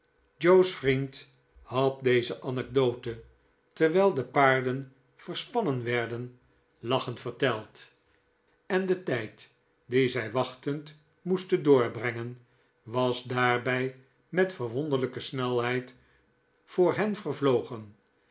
joe's vriend had deze anekdote terwijl de paarden verspannen werden lachend verteld en de tijd dien zij wachtend moesten doorbrengen was daarbij met verwonderlijke snelheid voor hen vervlogen